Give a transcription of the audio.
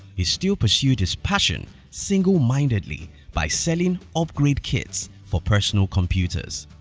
he still pursued his passion single-mindedly by selling upgrade kits for personal computers.